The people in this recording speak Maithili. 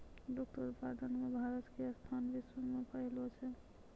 दुग्ध उत्पादन मॅ भारत के स्थान विश्व मॅ पहलो छै